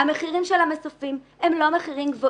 מה שלא הצלחתי לומר קודן זה שהמחירים של המסופים הם לא מחירים גבוהים.